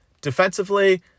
Defensively